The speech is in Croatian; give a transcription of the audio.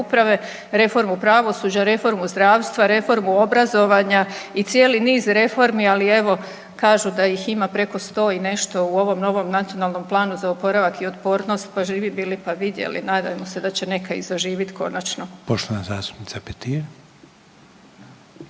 uprave, reformu pravosuđa, reformu zdravstva, reformu obrazovanja i cijeli niz reformi. Ali evo kažu da ih ima preko 100 i nešto u ovom novom Nacionalnom planu za oporavak i otpornost, pa živi bili pa vidjeli. Nadajmo se da će neka i zaživit konačno. **Reiner, Željko